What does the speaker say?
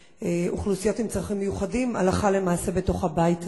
אוכלוסיות עם צרכים מיוחדים הלכה למעשה בתוך הבית הזה.